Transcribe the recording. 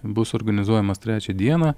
bus organizuojamas trečią dieną